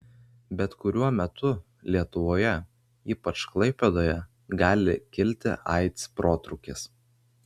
bet kuriuo metu lietuvoje ypač klaipėdoje gali kilti aids protrūkis